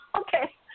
Okay